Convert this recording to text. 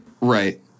Right